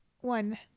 one